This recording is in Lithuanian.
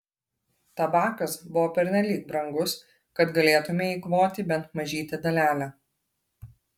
tabakas buvo pernelyg brangus kad galėtumei eikvoti bent mažytę dalelę